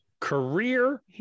Career